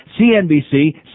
CNBC